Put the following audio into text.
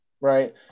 right